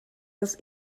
das